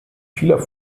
vieler